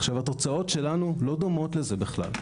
התוצאות שלנו לא דומות לזה בכלל.